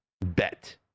bet